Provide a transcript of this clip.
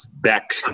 back